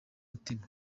mutima